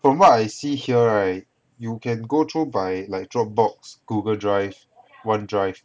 from what I see here right you can go through by like dropbox google drive one drive